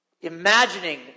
imagining